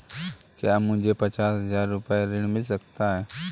क्या मुझे पचास हजार रूपए ऋण मिल सकता है?